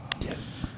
Yes